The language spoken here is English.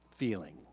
Feeling